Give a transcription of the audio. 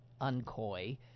uncoy